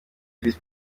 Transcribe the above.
visi